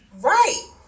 Right